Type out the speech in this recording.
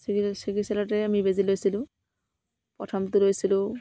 চিকিৎস চিকিৎসালয়তে আমি বেজি লৈছিলোঁ প্ৰথমটো লৈছিলোঁ